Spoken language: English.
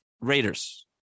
Raiders